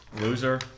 Loser